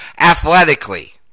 athletically